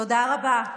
תודה רבה.